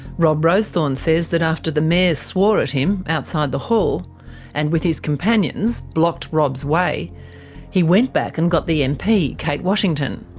rob rowsthorne says that after the mayor swore at him outside the hall and, with his companions, blocked rob's way he went back and got the mp, kate washington.